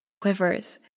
quivers